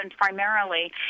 primarily